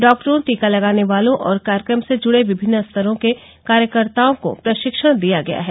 डॉक्टरों टीका लगाने वालों और कार्यक्रम से जुड़े विमिन्न स्तरों के कार्यकर्ताओं को प्रशिक्षण दिया गया है